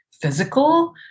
physical